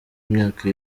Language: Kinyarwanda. imyaka